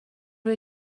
روی